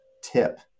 tip